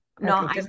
No